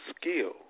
skill